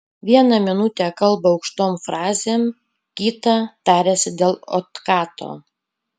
vieną minutę kalba aukštom frazėm kitą tariasi dėl otkato